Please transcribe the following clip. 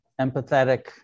empathetic